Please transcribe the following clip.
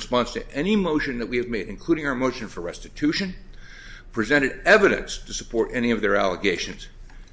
response to any motion that we have made including our motion for restitution presented evidence to support any of their allegations